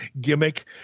gimmick